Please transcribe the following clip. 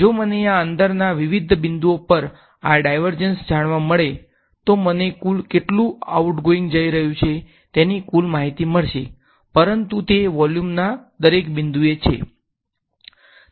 જો મને આ અંદરના વિવિધ બિંદુઓ પર આ ડાઈવર્જંન્સ જાણવા મળે તો મને કુલ કેટલું આઉટગોઇંગ જઈ રહ્યુ છે તેની કુલ માહીતી મળશે પરંતુ તે વોલ્યુમના દરેક બિંદુએ છે